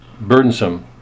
burdensome